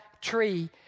tree